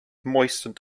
moistened